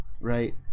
Right